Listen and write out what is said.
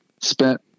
spent